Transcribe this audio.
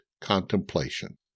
contemplation